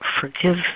forgive